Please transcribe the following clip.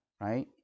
right